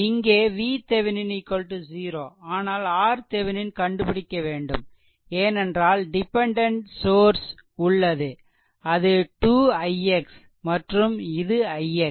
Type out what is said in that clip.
இங்கே VThevenin 0 ஆனால் RThevenin கண்டுபிடிக்க வேண்டும் ஏனென்றால் டிபெண்டென்ட் சோர்ஸ் உள்ளது அது 2 ix மற்றும் இது ix